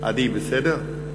עדי, בסדר?